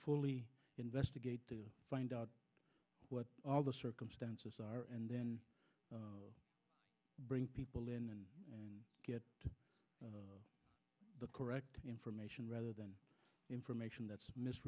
fully investigate to find out what all the circumstances are and then bring people in and get to the correct information rather than information that's missed